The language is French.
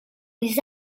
les